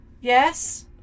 Yes